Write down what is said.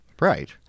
right